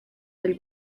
del